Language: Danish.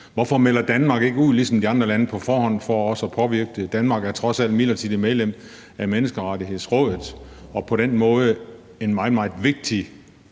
Hvorfor melder Danmark ikke ligesom de andre lande på forhånd ud for også at påvirke det? Danmark er trods alt midlertidigt medlem af Menneskerettighedsrådet og på den måde en meget, meget vigtig